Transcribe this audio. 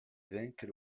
vaincre